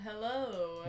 Hello